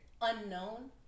unknown